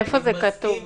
איפה זה כתוב בחוק?